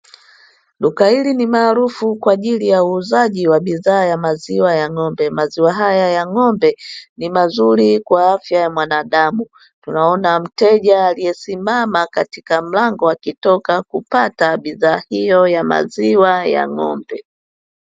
Duka hili ni maarufu kwa ajili ya uuzaji wa bidhaa ya maziwa ya ng’ombe, maziwa haya ya ng’ombe ni mazuri kwa afya ya mwanadamu, tunaona mteja aliyesimama katika mlango akitoka kupata bidhaa hiyo ya maziwa ya ng’ombe.